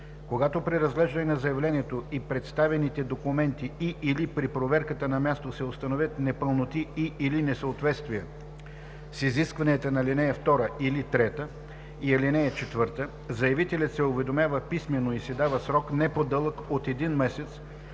Когато при разглеждане на заявлението и представените документи и/или при проверката на място се установят непълноти и/или несъответствия с изискванията на ал. 2 или 3 и ал. 4, заявителят се уведомява писмено и се дава срок, не по-дълъг от един месец